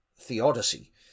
theodicy